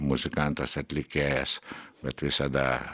muzikantas atlikėjas bet visada